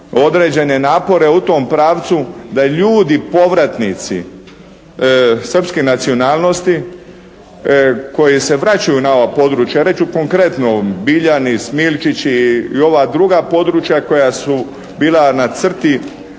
određene napore u tom pravcu da ljudi povratnici srpske nacionalnosti koji se vraćaju na ova područja, reći ću konkretno Biljani, Smilčići i ova druga područja koja su bila na crti